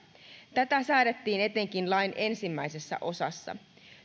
tätä säädettiin etenkin lain ensimmäisessä osassa